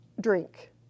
drink